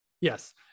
Yes